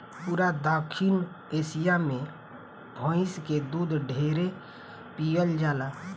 पूरा दखिन एशिया मे भइस के दूध ढेरे पियल जाला